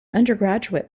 undergraduate